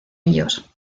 ellos